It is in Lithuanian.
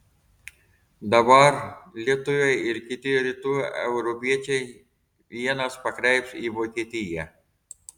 dabar lietuviai ir kiti rytų europiečiai ienas pakreips į vokietiją